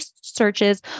searches